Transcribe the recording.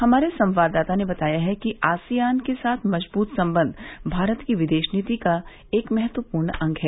हमारे संवाददाता ने बताया है कि आसियान के साथ मजबूत सम्बंघ भारत की विदेश नीति का एक महत्वपूर्ण अंग है